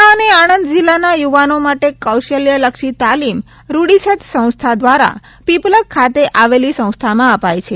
ખેડા અને આણંદ જિલ્લાના યુવાનો માટે કૌશલ્યલક્ષી તાલીમ રૂડીસેટ સંસ્થા દ્વારા પીપલગ ખાતે આવેલી સંસ્થામાં અપાય છે